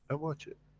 and watch it.